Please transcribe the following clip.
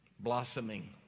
blossoming